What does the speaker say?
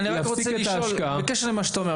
אני רק רוצה בקשר למה שאתה אומר,